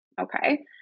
Okay